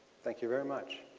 thank you very much.